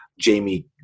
Jamie